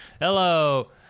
Hello